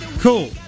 Cool